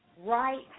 right